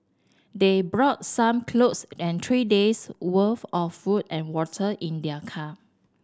they brought some clothes and three days' worth of food and water in their car